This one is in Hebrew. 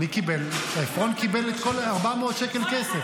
עפרון קיבל 400 שקל כסף.